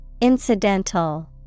Incidental